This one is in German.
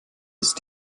ist